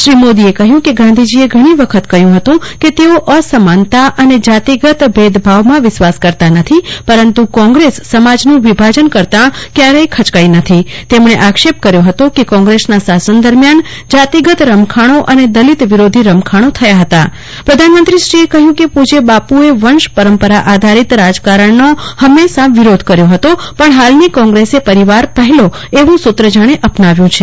શ્રી મોદી એ કહ્યું કે ગાંધીજી એઘણી વખત કહ્યું હતું કે તેઓ અસમાનતા અને જાતિગત ભેદભાવ માં વિશ્વાસ કરતા નથી કોગ્રેશ સમાજ નું વિભાજન કરતા કયારેક ખચકાઈ નથી તેમણે આક્ષેપ કર્યો ફતો કે કોગ્રેશ નાં શાશન દરમિયાન જ જાતિગત રમખાણો અને દલિત વિરોધી રમખાણો થયા ફતા પ્રધાનમંત્રી એ કહ્યું કે પૂજય બાપુએ વંશ પરંપરા આધારિત રાજકારણ નો ફંમેશા વિરોધ કર્યો હતો પણ ફાલની કોગ્રેશ પરિવાર પફેલો એવું સૂત્ર જાણે અપનાવ્યું છે